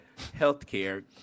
healthcare